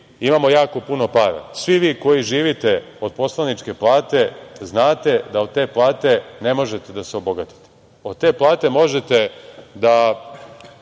imamo jako puno para. Svi vi koji živite od poslaničke plate znate da od te plate ne možete da se obogatite. Od te plate možete da